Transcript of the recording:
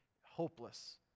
Hopeless